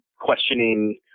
questioning